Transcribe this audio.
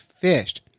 fished